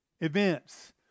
events